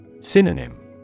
Synonym